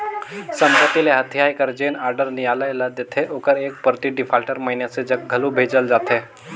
संपत्ति ल हथियाए कर जेन आडर नियालय ल देथे ओकर एक प्रति डिफाल्टर मइनसे जग घलो भेजल जाथे